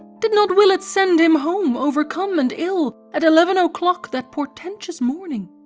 did not willett send him home overcome and ill at eleven o'clock that portentous morning?